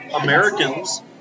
Americans